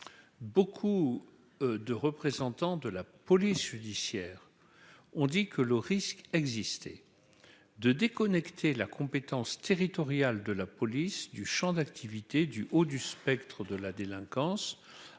beaucoup de représentants de la police judiciaire, on dit que le risque existait de déconnecter la compétence territoriale de la police du Champ d'activité du haut du spectre de la délinquance,